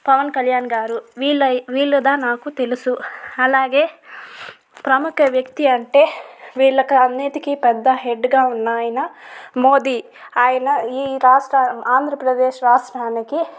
పవన్ కళ్యాణ్ గారు వీళ్ళు వీళ్ళుదా నాకు తెలుసు అలాగే ప్రముఖ వ్యక్తి అంటే వీళ్లకన్నిటికి పెద్ద హెడ్ గా ఉన్నాయన మోదీ అయన ఈ రాష్ట్ర ఆంధ్రప్రదేశ్ రాష్ట్రానికి